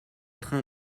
train